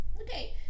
okay